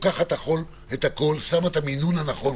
שמה במינון הנכון.